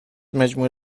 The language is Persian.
مجموعه